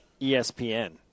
ESPN